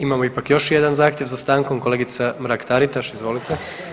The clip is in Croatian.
Imamo ipak još jedan zahtjev za stankom kolegica Mrak-Taritaš, izvolite.